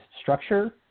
structure